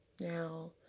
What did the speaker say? now